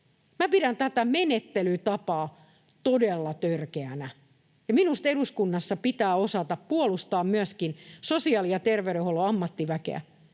pidän tätä menettelytapaa todella törkeänä. Minusta eduskunnassa pitää osata puolustaa myöskin sosiaali- ja terveydenhuollon ammattiväkeä.